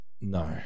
no